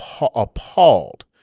appalled